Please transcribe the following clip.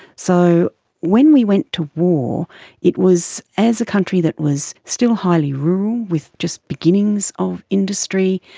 so when we went to war it was as a country that was still highly rural with just beginnings of industry,